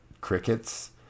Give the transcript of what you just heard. crickets